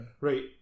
right